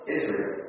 Israel